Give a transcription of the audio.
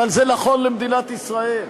אבל זה נכון למדינת ישראל.